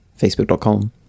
facebook.com